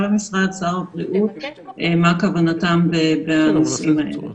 המשרד ושר הבריאות לגבי מה כוונתם בנושאים האלה.